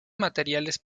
materiales